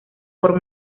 por